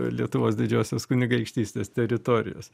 lietuvos didžiosios kunigaikštystės teritorijos